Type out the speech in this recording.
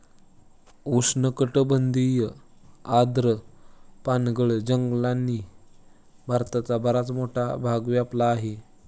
उष्णकटिबंधीय आर्द्र पानगळ जंगलांनी भारताचा बराच मोठा भाग व्यापला आहे